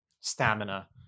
stamina